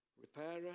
repairer